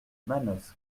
manosque